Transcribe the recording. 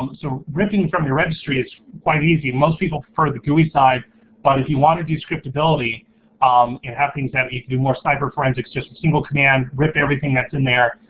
um so ripping from your registry is quite easy. most people prefer the gooey side but if you wanna do scriptability, um and have things that do more cyber forensics, just a single command, rip everything that's in there,